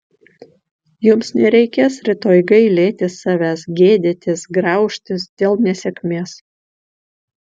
jums nereikės rytoj gailėtis savęs gėdytis graužtis dėl nesėkmės